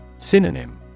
Synonym